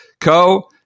Co